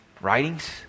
writings